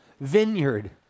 vineyard